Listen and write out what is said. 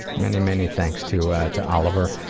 many, many thanks to to oliver.